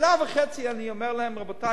שנה וחצי אני אומר להם: רבותי,